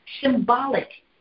symbolic